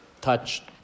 touched